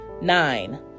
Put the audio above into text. Nine